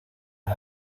las